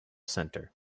centre